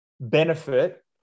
benefit